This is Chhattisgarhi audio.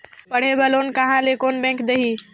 पढ़े बर लोन कहा ली? कोन बैंक देही?